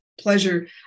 pleasure